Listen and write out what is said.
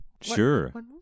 Sure